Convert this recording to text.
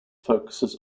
focuses